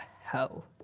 hell